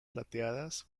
plateadas